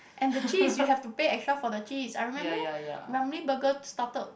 and the cheese you have to pay extra for the cheese I remember Ramly burger started